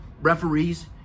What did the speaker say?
referees